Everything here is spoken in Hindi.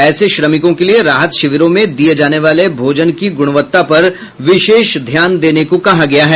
ऐसे श्रमिकों के लिए राहत शिविरों में दिए जाने वाले भोजन की गुणवत्ता पर विशेष ध्यान देने को कहा गया है